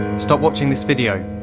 stop watching this video,